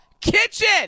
Kitchen